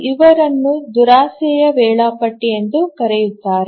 ಇವರನ್ನು ದುರಾಸೆಯ ವೇಳಾಪಟ್ಟಿ ಎಂದೂ ಕರೆಯುತ್ತಾರೆ